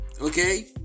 okay